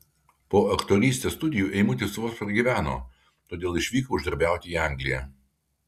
po aktorystės studijų eimutis vos pragyveno todėl išvyko uždarbiauti į angliją